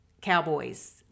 Cowboys